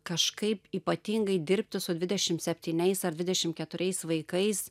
kažkaip ypatingai dirbti su dvidešimt septyniais ar dvidešimt keturiais vaikais